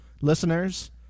listeners